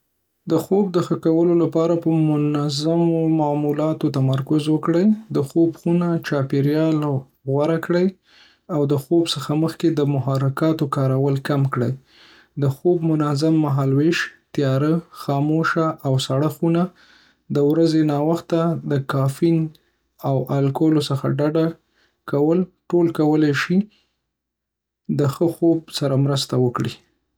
د خوب د ښه کولو لپاره، په منظمو معمولاتو تمرکز وکړئ، د خوب خونه چاپیریال غوره کړئ، او د خوب څخه مخکې د محرکاتو کارول کم کړئ. د خوب منظم مهالویش، تیاره، خاموشه او سړه خوب خونه، او د ورځې ناوخته د کافین او الکولو څخه ډډه کول ټول کولی شي د ښه خوب سره مرسته وکړي